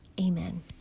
Amen